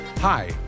Hi